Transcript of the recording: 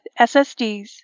SSDs